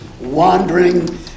wandering